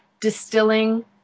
distilling